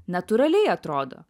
natūraliai atrodo